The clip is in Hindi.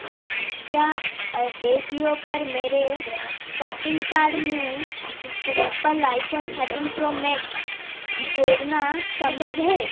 क्या एजियो पर मेरे सॉपिंग कार्ड में Apple iPhone thirteen pro max जोड़ना संभव है